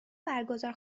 برگزار